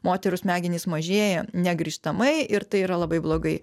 moterų smegenys mažėja negrįžtamai ir tai yra labai blogai